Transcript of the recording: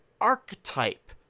archetype